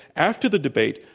after the debate,